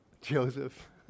Joseph